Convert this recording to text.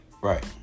right